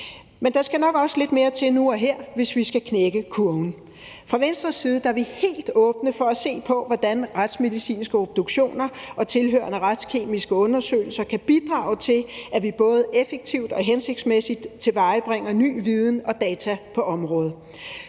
Men der skal nok også lidt mere til nu og her, hvis vi skal knække kurven. Fra Venstres side er vi helt åbne over for at se på, hvordan retsmedicinske obduktioner og tilhørende retskemiske undersøgelser kan bidrage til, at vi både effektivt og hensigtsmæssigt tilvejebringer ny viden og data på området.